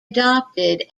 adopted